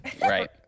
Right